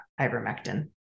ivermectin